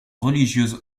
religieuse